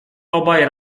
obaj